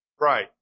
Right